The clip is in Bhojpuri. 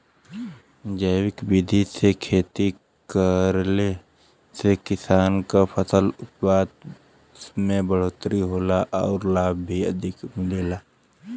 जैविक विधि से खेती करले से किसान के फसल उत्पादन में बढ़ोतरी होला आउर लाभ भी अधिक मिलेला